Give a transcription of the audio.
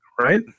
right